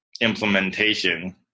implementation